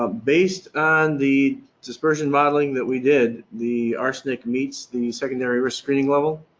ah based on the dispersion modeling that we did, the arsenic meets the secondary risk screening level.